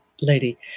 lady